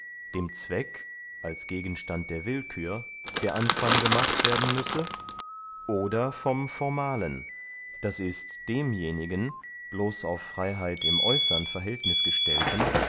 dem zweck als gegenstand der willkühr der anfang gemacht werden müsse oder vom formalen d i demjenigen bloß auf freyheit im äußern verhältnis gestellten